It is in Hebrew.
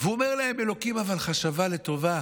והוא אומר להם: אבל אלוקים חשבה לטובה,